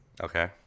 Okay